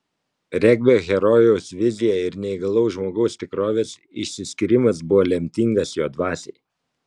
regbio herojaus vizija ir neįgalaus žmogaus tikrovės išsiskyrimas buvo lemtingas jo dvasiai